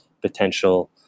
potential